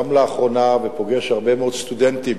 גם לאחרונה, ופוגש הרבה מאוד סטודנטים,